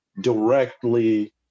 directly